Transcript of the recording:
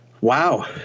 wow